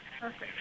Perfect